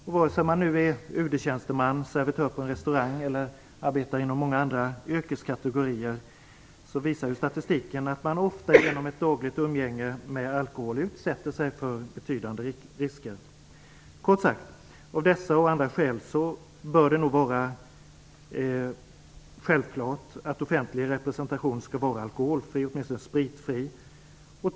Oavsett om man är UD tjänsteman, servitör på en restaurang eller arbetar inom någon annan yrkeskategori visar statistiken att man ofta genom ett dagligt umgänge med alkohol utsätter sig för betydande risker. Av dessa och andra skäl bör det kort sagt vara självklart att offentlig representation skall vara alkoholfri eller åtminstone spritfri.